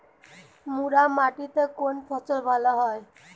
মুরাম মাটিতে কোন ফসল ভালো হয়?